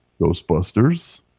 Ghostbusters